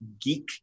geek